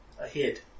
ahead